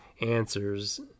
answers